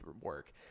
work